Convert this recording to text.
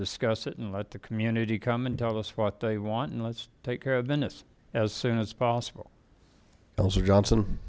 discuss it and let the community come and tell us what they want and let's take care of business as soon as possible elsa johnson